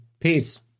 Peace